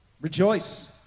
Rejoice